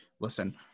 listen